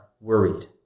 worried